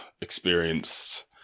experienced